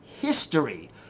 history